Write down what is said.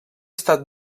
estat